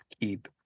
keep